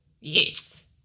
Yes